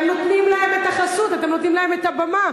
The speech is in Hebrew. אתם נותנים להם את החסות, אתם נותנים להם את הבמה.